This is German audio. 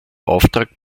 auftrag